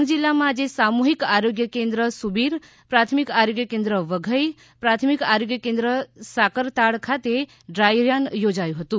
ડાંગ જીલ્લામાં આજે સામૂહિક આરોગ્ય કેન્દ્ર સુબીર પ્રાથમિક આરોગ્ય કેન્દ્ર વધઇ પ્રાથમિક આરોગ્ય કેન્દ્ર સાકરતાળ ખાતે ડ્રાય રન યોજાયુ હતુ